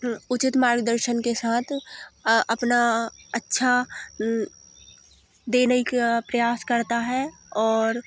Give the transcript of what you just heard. उचित मार्गदर्शन के साथ अपना अच्छा देने का प्रयास करता है और